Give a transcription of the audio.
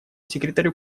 секретарю